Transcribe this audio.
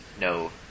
...no